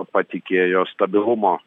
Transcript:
patikėjo stabilumo